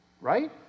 Right